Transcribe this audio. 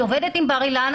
אני עובדת עם בר-אילן,